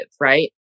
right